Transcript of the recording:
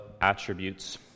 attributes